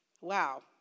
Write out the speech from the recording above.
Wow